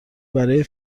برای